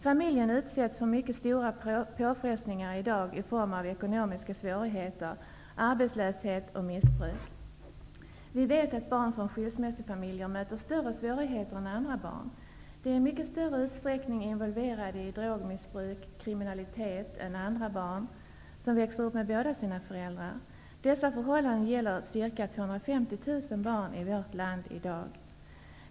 Familjen utsätts i dag för mycket stora påfrestningar i form av ekonomiska svårigheter, arbetslöshet och missbruk. Vi vet att barn från skilsmässofamiljer möter större svårigheter än andra barn. De är i mycket större utsträckning involverade i drogmissbruk och kriminalitet än barn som växer upp med båda sina föräldrar. Dessa förhållanden gäller ca 250 000 barn i vårt land i dag.